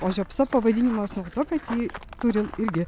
o žiopsa pavadinimas nuo to kad ji turi irgi